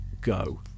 Go